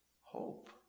hope